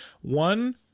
One